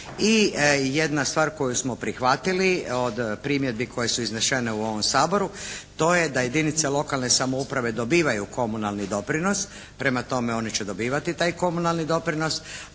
I jedna stvar koju smo prihvatili od primjedbi koje su iznešene u ovom Saboru, to je da jedinice lokalne samouprave dobivaju komunalni doprinos, prema tome oni će dobivati taj komunalni doprinos.